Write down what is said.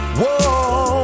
whoa